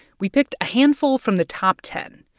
we picked a handful from the top ten,